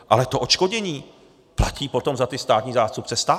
Ale odškodnění platí potom za ty státní zástupce stát.